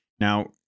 now